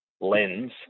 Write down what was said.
lens